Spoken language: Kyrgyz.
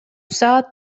саат